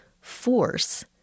force